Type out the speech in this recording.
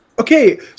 Okay